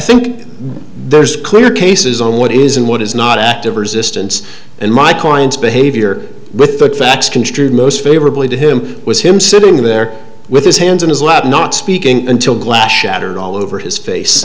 think there's clear cases on what is and what is not active resistance and my client's behavior with the fact favorably to him was him sitting there with his hands in his lap not speaking until glass shattered all over his face